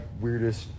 weirdest